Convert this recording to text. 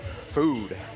food